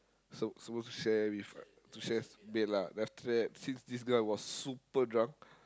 sup~ supposed to share with to share bed lah but after that since this guy was super drunk